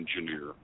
engineer